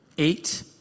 Eight